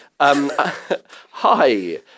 Hi